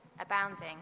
abounding